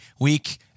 week